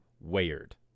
weird